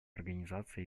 организации